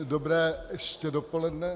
Dobré ještě dopoledne.